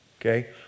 okay